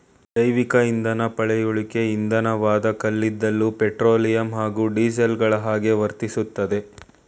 ಜೈವಿಕಇಂಧನ ಪಳೆಯುಳಿಕೆ ಇಂಧನವಾದ ಕಲ್ಲಿದ್ದಲು ಪೆಟ್ರೋಲಿಯಂ ಹಾಗೂ ಡೀಸೆಲ್ಗಳಹಾಗೆ ವರ್ತಿಸ್ತದೆ